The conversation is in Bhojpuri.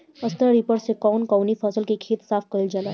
स्टरा रिपर से कवन कवनी फसल के खेत साफ कयील जाला?